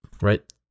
Right